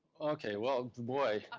okay, well, boy.